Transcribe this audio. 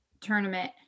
tournament